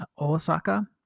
osaka